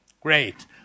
Great